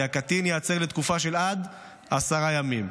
כי הקטין ייעצר לתקופה של עד עשרה ימים.